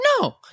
no